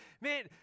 man